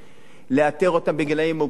לאתר אותם בגילים מוקדמים.